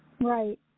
Right